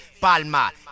Palma